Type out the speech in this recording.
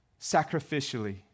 sacrificially